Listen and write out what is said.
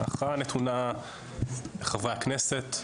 ההכרעה נתונה לחברי הכנסת,